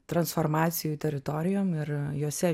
transformacijų teritorijom ir jose